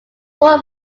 thought